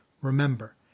Remember